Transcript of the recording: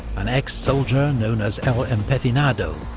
an ex-soldier known as el empecinado,